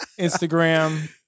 Instagram